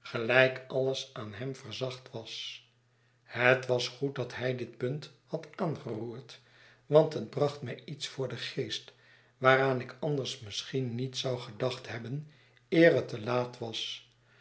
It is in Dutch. gelijk alles aan hem verzacht was het was goed dat hij dit punt had aangeroerd want het bracht mij iets voor den geest waaraan ik andersmisschienniet zou gedacht hebben eer het te laat was